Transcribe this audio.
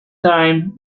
time